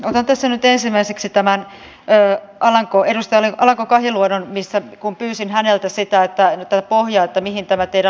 otan tässä nyt ensimmäiseksi edustaja alanko kahiluodon kun pyysin häneltä tätä pohjaa mihin tämä teidän laskelmanne perustuu